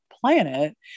planet